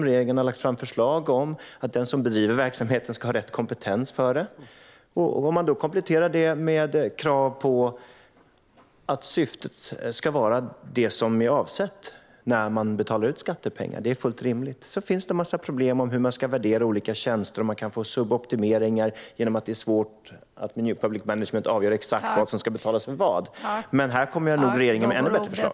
Regeringen lade fram förslag om att den som bedriver sådan verksamhet ska ha rätt kompetens för det. Det är fullt rimligt att man kompletterar detta med krav på att syftet ska gå till det avsedda när skattepengar betalas ut. Visst finns det en massa problem med hur man ska värdera olika tjänster. Man kan få suboptimeringar då det är svårt att med new public management exakt avgöra vad som ska betalas för vad. Regeringen kommer dock med ännu bättre förslag.